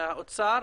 אוצר.